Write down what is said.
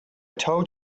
told